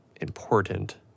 important